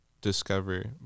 discover